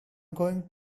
going